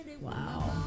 Wow